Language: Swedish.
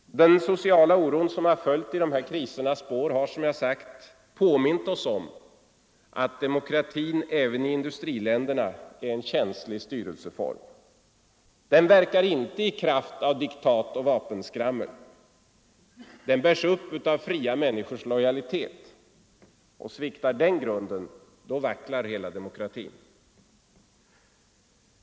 Den sociala oro som följt i krisernas spår har, som jag sagt, påmint oss om att demokratin även i industriländerna är en känslig styrelseform. Den verkar inte i kraft av diktat och vapenskrammel. Den bärs upp av fria människors lojalitet. Sviktar den grunden, vacklar hela demokratin.